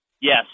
Yes